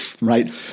Right